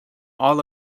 all